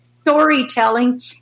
storytelling